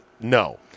No